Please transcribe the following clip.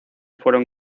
fueron